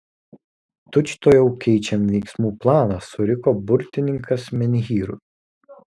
tučtuojau keičiam veiksmų planą suriko burtininkas menhyrui